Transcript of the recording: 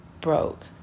broke